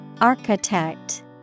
Architect